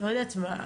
לא יודעת מה,